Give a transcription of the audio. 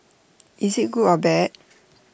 is IT good or bad